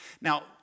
now